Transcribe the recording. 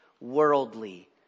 worldly